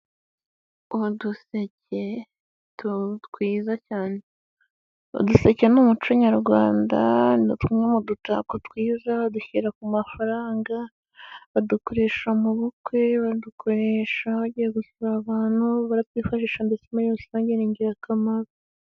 Uduseke twiza cyane, uduseke ni'umuco nyarwanda, ni tumwe mu dutako twiza, badushyira ku mafaranga, badukoresha mu bukwe, badukoresha bagiye gusura abantu, baratwifashisha ndetse muri rusange ni ingirakamaro.